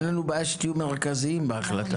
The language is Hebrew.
אין לנו בעיה שתהיו מרכזיים בהחלטה.